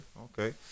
Okay